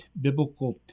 biblical